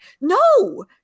No